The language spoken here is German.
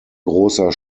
großer